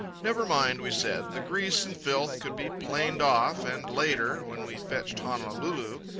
never mind, we said the grease and filth could be planed off, and later, when we fetched honolulu,